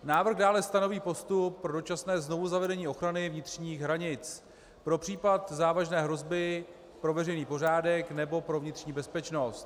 Návrh dále stanoví postup pro dočasné znovuzavedení ochrany vnitřních hranic pro případ závažné hrozby pro veřejný pořádek nebo pro vnitřní bezpečnost.